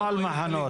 לא על מחנות.